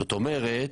זאת אומרת,